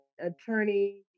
attorney